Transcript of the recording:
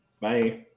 Bye